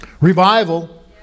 Revival